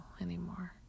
anymore